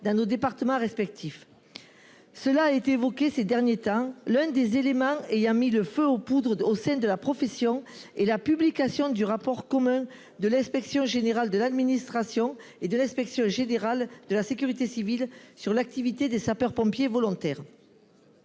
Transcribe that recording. dans nos départements respectifs. Comme cela a été dit ces derniers temps, l’un des éléments ayant mis le feu aux poudres au sein de la profession est la publication du rapport commun de l’inspection générale de l’administration et de l’inspection générale de la sécurité civile sur l’activité des sapeurs pompiers volontaires,